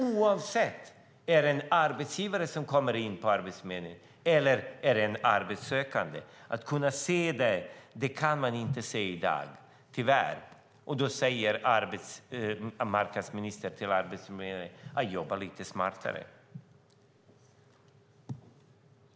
Oavsett om det är en arbetsgivare som kommer in på Arbetsförmedlingen eller en arbetssökande ska man kunna se det. Det kan man tyvärr inte se i dag. Arbetsmarknadsministern säger till Arbetsförmedlingen: Jobba lite smartare!